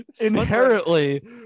Inherently